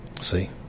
See